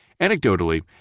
Anecdotally